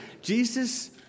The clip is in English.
Jesus